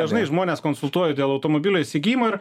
dažnai žmones konsultuoju dėl automobilio įsigijimo ir